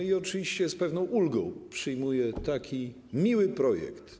I oczywiście z pewną ulgą przyjmuję taki miły projekt.